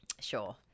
Sure